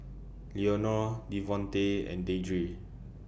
Leonore Devontae and Deidre